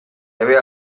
aveva